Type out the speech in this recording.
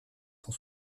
cent